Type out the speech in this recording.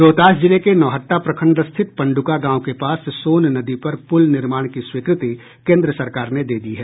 रोहतास जिले के नोहट्टा प्रखंड स्थित पंडुका गांव के पास सोन नदी पर पुल निर्माण की स्वीकृति केन्द्र सरकार ने दे दी है